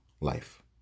life